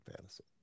fantasy